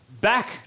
back